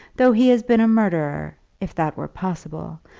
though he had been a murderer, if that were possible,